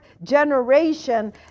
generation